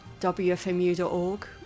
wfmu.org